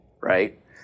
right